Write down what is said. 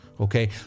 okay